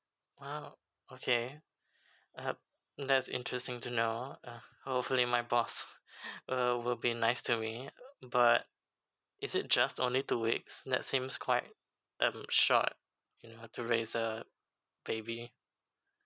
!wow! okay uh that's interesting to know uh hopefully my boss err will be nice to me but is it just only two weeks that seems quite um short you know to raise a baby